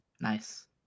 Nice